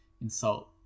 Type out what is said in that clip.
insult